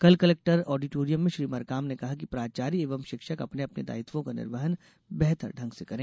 कल collectorate auditorium में श्री मरकाम ने कहा कि प्राचार्य एवं षिक्षक अपने अपने दायित्वों का निर्वहन बेहतर ढंग से करें